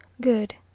Good